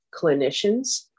clinicians